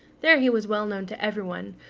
there he was well known to everybody,